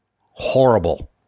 horrible